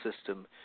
system